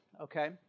Okay